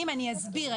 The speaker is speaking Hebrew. אני אומרת שוב,